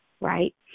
right